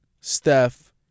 Steph